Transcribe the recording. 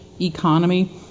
economy